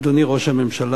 אדוני ראש הממשלה,